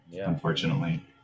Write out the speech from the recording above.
unfortunately